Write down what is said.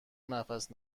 نفس